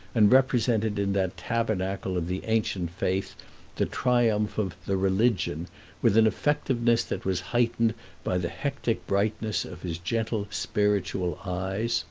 and represented in that tabernacle of the ancient faith the triumph of the religion with an effectiveness that was heightened by the hectic brightness of his gentle, spiritual eyes